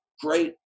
great